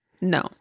No